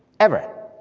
ever.